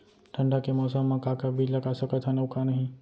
ठंडा के मौसम मा का का बीज लगा सकत हन अऊ का नही?